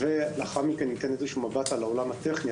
לאחר מכן ניתן איזשהו מבט על העולם הטכני,